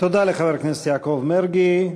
תודה לחבר הכנסת יעקב מרגי.